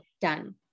done